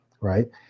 right